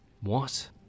What